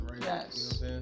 Yes